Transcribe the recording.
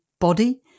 Body